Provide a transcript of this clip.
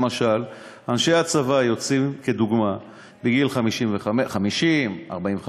למשל, אנשי הצבא יוצאים, לדוגמה, בגיל 50, 45,